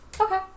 Okay